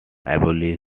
communal